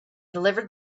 delivered